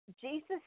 Jesus